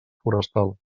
forestal